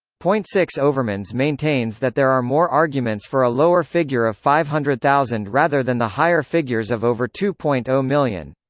point six overmans maintains that there are more arguments for a lower figure of five hundred thousand rather than the higher figures of over two point zero um million.